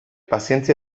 pazientzia